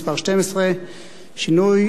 (שינוי תוואי הפחתת הגירעון),